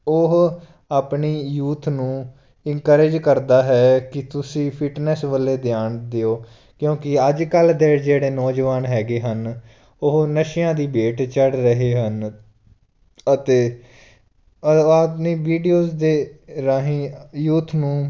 ਉਹ ਆਪਣੇ ਯੂਥ ਨੂੰ ਇੰਕਰੇਜ ਕਰਦਾ ਹੈ ਕਿ ਤੁਸੀਂ ਫਿਟਨੈਸ ਵੱਲ ਧਿਆਨ ਦਿਓ ਕਿਉਂਕਿ ਅੱਜ ਕੱਲ੍ਹ ਦੇ ਜਿਹੜੇ ਨੌਜਵਾਨ ਹੈਗੇ ਹਨ ਉਹ ਨਸ਼ਿਆਂ ਦੀ ਭੇਟ ਚੜ੍ਹ ਰਹੇ ਹਨ ਅਤੇ ਆਦਮੀ ਵੀਡੀਓਜ਼ ਦੇ ਰਾਹੀਂ ਯੂਥ ਨੂੰ